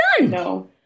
No